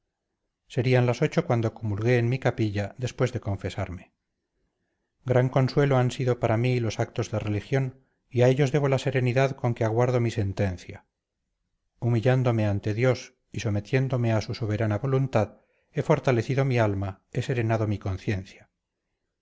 serían las ocho cuando comulgué en mi capilla después de confesarme gran consuelo han sido para mí los actos de religión y a ellos debo la serenidad con que aguardo mi sentencia humillándome ante dios y sometiéndome a su soberana voluntad he fortalecido mi alma he serenado mi conciencia